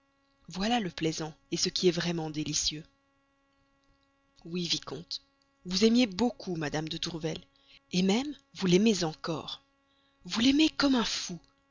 voilà le plaisant ce qui est vraiment délicieux oui vicomte vous aimiez beaucoup mme de tourvel même vous l'aimez encore vous l'aimez comme un fou